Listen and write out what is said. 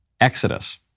Exodus